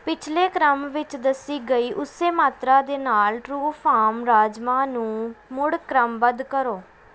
ਪਿਛਲੇ ਕ੍ਰਮ ਵਿੱਚ ਦੱਸੀ ਗਈ ਉਸੇ ਮਾਤਰਾ ਦੇ ਨਾਲ ਟਰਉਫਾਰਮ ਰਾਜਮਾ ਨੂੰ ਮੁੜ ਕ੍ਰਮਬੱਧ ਕਰੋ